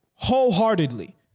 wholeheartedly